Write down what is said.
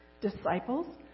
disciples